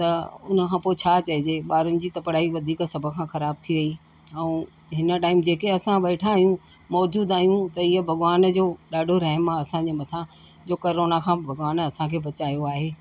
त हुन खां पोइ छा चइजे ॿारनि जी त पढ़ाई वधीक सभु खां ख़राबु थी वेई ऐं हिन टाइम जेके असां वेठा आहियूं मौजूदु आहियूं त इहो भॻवान जो ॾाढो रहमु आहे असांजे मथां जो करोना खां भॻवानु असांखे बचायो आहे